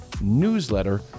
newsletter